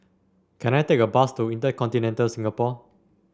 can I take a bus to InterContinental Singapore